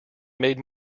made